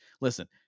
listen –